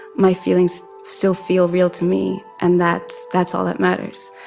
my feelings still feel real to me, and that's that's all that matters.